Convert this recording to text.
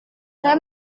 saya